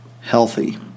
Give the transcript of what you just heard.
healthy